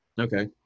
Okay